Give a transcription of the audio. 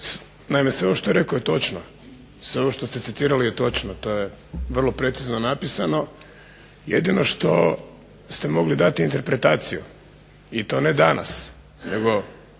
naime sve ovo što je rekao je točno, sve ovo što ste citirali je točno. To je vrlo precizno napisano. Jedino što ste mogli dati interpretaciju i to ne danas, nego